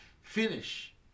finish